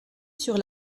sur